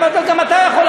אמרתי לו: גם אתה יכול.